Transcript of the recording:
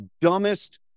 dumbest